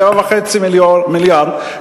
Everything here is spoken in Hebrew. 7.5 מיליארד,